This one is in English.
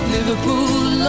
Liverpool